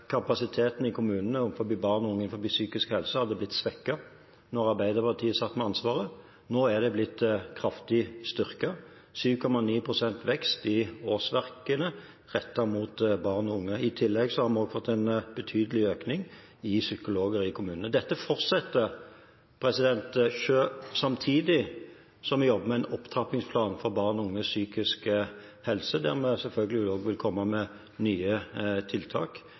kapasiteten i kommunene overfor barn og unge innenfor psykisk helse hadde blitt svekket da Arbeiderpartiet satt med ansvaret. Nå er det blitt kraftig styrket – 7,9 pst. vekst i årsverkene rettet mot barn og unge. I tillegg har vi fått en betydelig økning når det gjelder psykologer i kommunene. Dette fortsetter, samtidig som vi jobber med en opptrappingsplan for barn og unges psykiske helse, der vi selvfølgelig også vil komme med nye tiltak,